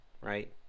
right